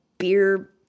beer